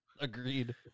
Agreed